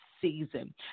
season